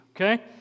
okay